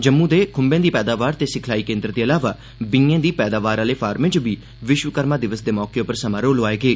जम्मू दे खुम्बें दी पैदावार ते सिखलाई केन्द्र दे अलावा बीएं दी पैदावार आह्ले फार्मे च बी विश्वकर्मा दिवस दे मौके पर समारोह लोआए गे